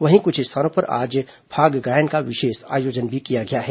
वहीं कुछ स्थानों पर आज फाग गायन का विशेष आयोजन किया गया है